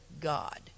God